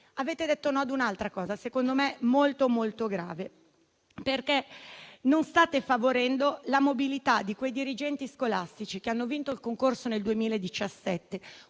Avete detto no ad un'altra cosa, secondo me davvero molto grave, perché non state favorendo la mobilità dei dirigenti scolastici che hanno vinto il concorso nel 2017,